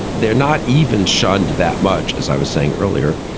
they're not even shunned that much, as i was saying earlier,